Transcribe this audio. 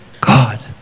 God